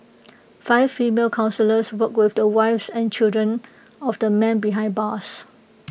five female counsellors worked with the wives and children of the men behind bars